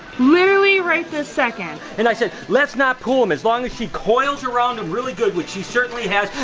literally, right this second. and i said, let's not pull em, as long as she coils around them really good, which she certainly has.